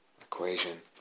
equation